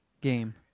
game